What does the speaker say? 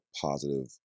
positive